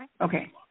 Okay